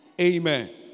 Amen